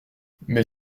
mais